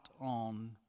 on